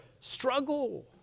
struggle